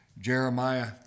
Jeremiah